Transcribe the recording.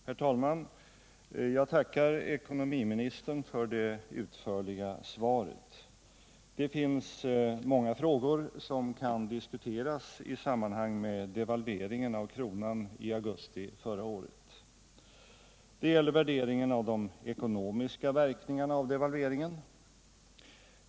Herr talman! Jag tackar ekonomiministern för det utförliga svaret. Det finns många frågor som kan diskuteras i samband med devalveringen av kronan i augusti förra året. Det gäller värderingen av de ekonomiska verkningarna av devalveringen.